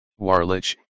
warlich